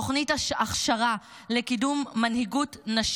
היא תוכנית הכשרה לקידום מנהיגות נשים